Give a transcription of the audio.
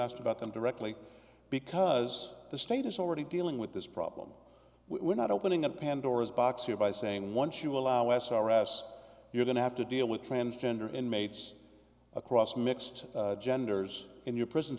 asked about them directly because the state is already dealing with this problem we're not opening a pandora's box here by saying once you allow s r s you're going to have to deal with transgender inmates across mixed genders in your prison